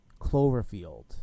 Cloverfield